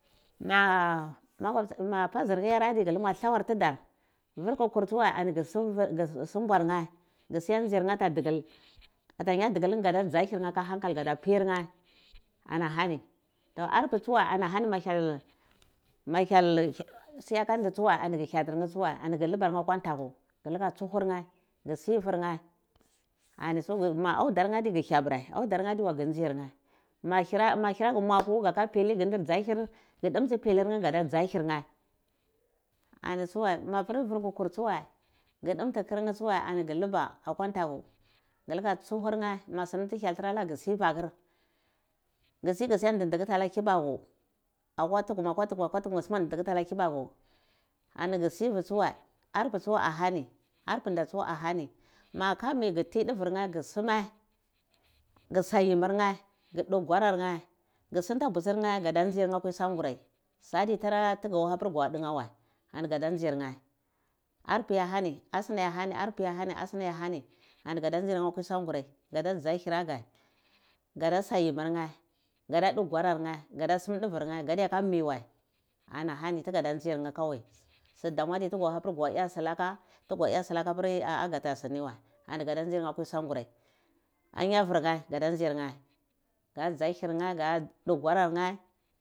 ma pazir nheh yar tsuadai aga alawar tudar vur ku kur tsuwai ani gah sumbair neh ghu siyata nzirleh ambua ta digil ata nyu digil nleh gada dza hyir nheh ada pir nheh ana hani to arpae tsawa anahani ma hyel siya ka ndai tsuwai ani gu hyatir nhi tsuwar ani gulubar nheh atiwa ntakwu luka tsuhur nheh gu sivir nheh anitsu ma audar nheh adai ani tsu gu hyabirae audar nheh adiwai ani nghi nzair nheh ma hira geh mapu gaka hir gu dumtsi bill lir nheh adah dzal hyrir nheh ani tsuwa ma pir vir ku kur tsuwai gu dumtu kurne tsuwai ani gu luka akwa ntakwu gu lukwa ntsuhur nheh ani ghu luba tu hyel gu si ga siati ndidihutu ala kibaku akwu tuhum gu ndihutum ala kibaku ani gu sivi tsuwai arpae tsu ani ahani arpinda mahani magaka mu nheh gu ti duver nheh gu suma gu sa yimmir nheh gu du gwarar nheh gusinta butsir nheh gada mariyr nheh akwi sangurai sadi adi kuro goha pir go dn ha wai ani guda nzir nheh arpi ye hani asinaya hani ani gada nzir nheh akwi sangurai gada sa yimir nheh gadu du gwarar nheh gu, da sum davir neh gadiyaka mi wai ani ahani tiyada nzir nheh kowai zu dama adi tugo hali api siluka ah ah gata sini wai ani gada nzir nheh akwi sangurai angarvir nheh ghada nzir nheh gar dza hir nhoh gu du gworar nheh.